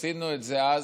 עשינו את זה אז